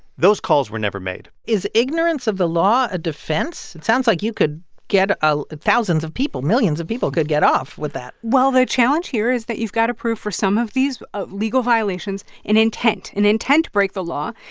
those calls were never made is ignorance of the law a defense? it sounds like you could get ah thousands of people millions of people could get off with that well, the challenge here is that you've got to prove for some of these legal violations an intent an intent to break the law.